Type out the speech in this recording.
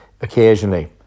occasionally